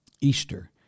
Easter